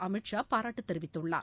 Amit Shah பாராட்டுதெரிவித்துள்ளார்